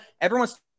everyone's